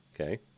Okay